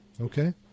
Okay